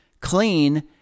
clean